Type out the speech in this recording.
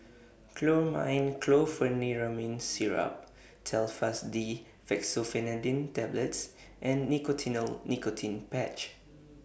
Chlormine Chlorpheniramine Syrup Telfast D Fexofenadine Tablets and Nicotinell Nicotine Patch